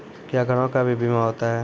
क्या घरों का भी बीमा होता हैं?